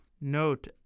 Note